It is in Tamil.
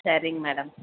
சரிங்க மேடம்